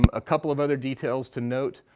a couple of other details to note.